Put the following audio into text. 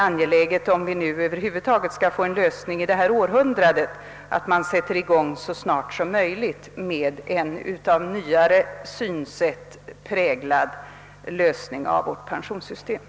Skall vi över huvud taget få till stånd en lösning under detta århundrade, så måste ett nytt synsätt så snart som möjligt få prägla vår inställning till pensionsproblemet.